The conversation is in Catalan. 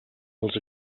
els